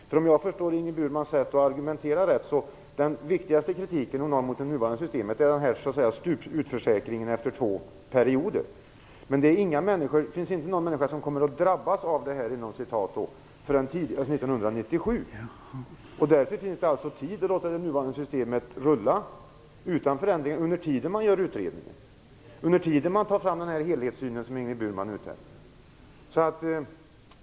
Om jag förstår Ingrid Burmans sätt att argumentera rätt är den viktigaste kritiken mot det nuvarande systemet utförsäkringen efter två perioder. Det finns ingen som kommer att "drabbas" av det förrän tidigast 1997. Därför finns det tid att låta det nuvarande systemet rulla utan förändringarna under tiden som man utreder och tar fram den helhetssyn som Ingrid Burman är ute efter.